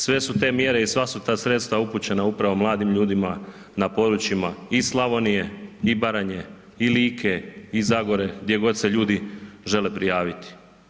Sve su te mjere i sva tu ta sredstva upućena upravo mladim ljudima na područjima i Slavonije i Baranje i Like i Zagore, gdje god se ljudi žele prijaviti.